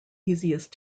easiest